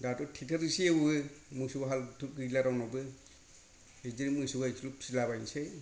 दाथ' ट्रेक्टर जोंसो एवो मोसौ हालथ' गैला रावनावबो बिदिनो मोसौ गायखौल' फिसिला बायनोसै